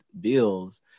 bills